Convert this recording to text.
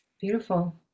Beautiful